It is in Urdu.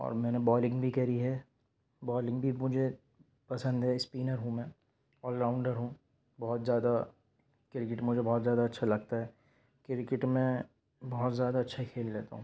اور میں نے بالنگ بھی کری ہے بالنگ بھی مجھے پسند ہے اسپنر ہوں میں آل راؤنڈر ہوں بہت زیادہ کرکٹ مجھے بہت زیادہ اچھا لگتا ہے کرکٹ میں بہت زیادہ اچھا کھیل لیتا ہوں